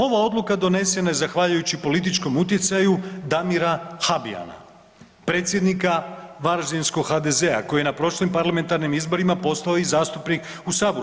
Ova odluka donesena je zahvaljujući političkom utjecaju Damira Habijana, predsjednika varaždinskog HDZ-a koji je na prošlim parlamentarnim izborima postao i zastupnik u saboru.